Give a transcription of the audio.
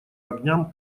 огням